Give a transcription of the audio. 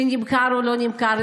נמכר או לא נמכר,